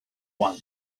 one